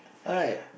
alright